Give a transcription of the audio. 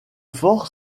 fort